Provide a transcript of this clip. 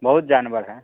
बहुत जानवर है